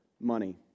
money